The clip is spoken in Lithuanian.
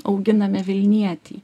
auginame vilnietį